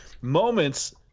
moments